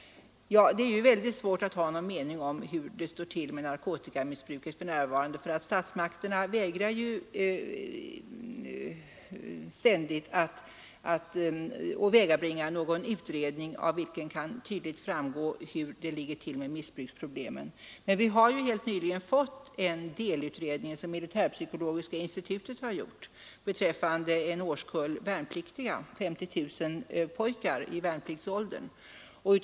Det är mycket svårt att ha någon mening om hur det står till med narkotikamissbruket för närvarande, för statsmakterna vägrar ständigt att åvägabringa någon utredning av vilken kan tydligt framgå hur det ligger till med missbruksproblemen. Men vi har nyligen fått en delutredning som militärpsykologiska institutet har gjort beträffande en årskull värnpliktiga — 50 000 pojkar i värnpliktsåldern.